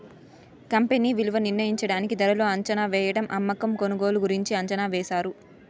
company విలువ నిర్ణయించడానికి ధరలు అంచనావేయడం అమ్మకం కొనుగోలు గురించి అంచనా వేశారు